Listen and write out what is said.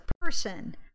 person